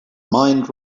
mind